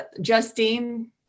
Justine